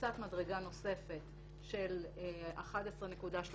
קפיצת מדרגה נוספת של 11.3%,